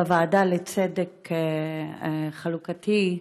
בוועדה לצדק חלוקתי,